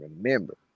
remember